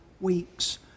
weeks